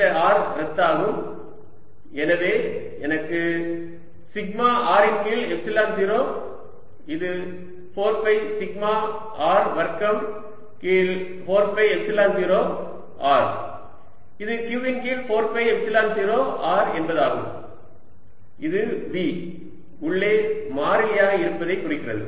இந்த R ரத்தாகும் எனவே எனக்கு சிக்மா R இன் கீழ் எப்சிலன் 0 இது 4 பை சிக்மா R வர்க்கம் கீழ் 4 பை எப்சிலன் 0 R இது Q இன் கீழ் 4 பை எப்சிலன் 0 R என்பதாகும் இது V உள்ளே மாறிலியாக இருப்பதைக் குறிக்கிறது